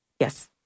Yes